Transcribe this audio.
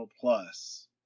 Plus